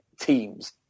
teams